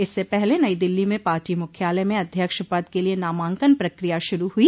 इससे पहले नई दिल्ली में पार्टी मुख्यालय में अध्यक्ष पद के लिये नामांकन प्रक्रिया शुरू हुई